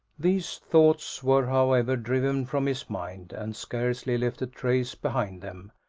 these thoughts were, however, driven from his mind, and scarcely left a trace behind them,